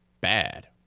bad